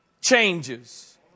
changes